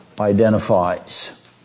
identifies